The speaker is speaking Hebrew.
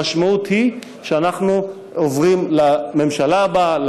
המשמעות היא שאנחנו מעבירים לממשלה הבאה,